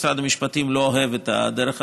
משרד המשפטים לא אוהב את הדרך הזאת,